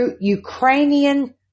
Ukrainian